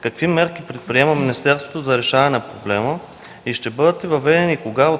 какви мерки предприема министерството за решаване на проблема, ще бъдат ли въведени и кога